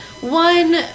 one